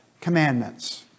commandments